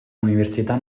università